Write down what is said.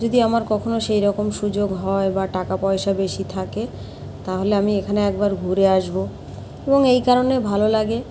যদি আমার কখনও সেইরকম সুযোগ হয় বা টাকা পয়সা বেশি থাকে তাহলে আমি এখানে একবার ঘুরে আসবো এবং এই কারণে ভালো লাগে